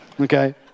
Okay